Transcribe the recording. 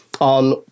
on